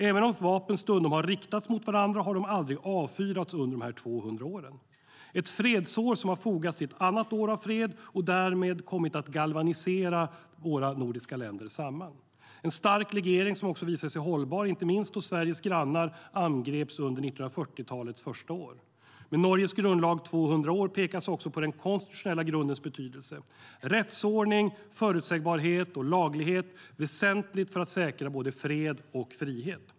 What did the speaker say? Även om vi stundom riktat vapen mot varandra har de aldrig avfyrats. År 2014 var ett fredsår som har fogats till ett annat år av fred och därmed kommit att galvanisera våra nordiska länder samman. Det är en stark legering som har visat sig hållbar inte minst då Sveriges grannar angreps under 1940-talets första år. Med Norges grundlag 200 år pekas också på den konstitutionella grundens betydelse. Rättsordning, förutsägbarhet och laglighet är väsentligt för att säkra både fred och frihet.